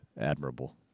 admirable